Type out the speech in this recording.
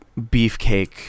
beefcake